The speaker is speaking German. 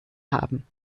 haben